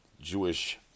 Jewish